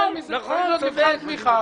683,000 שקלים בהוצאה מותנית בהכנסה,